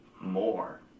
more